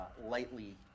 lightly